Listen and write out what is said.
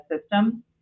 system